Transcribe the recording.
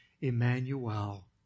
Emmanuel